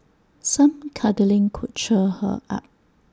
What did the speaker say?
some cuddling could cheer her up